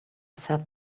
said